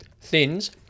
Thins